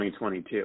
2022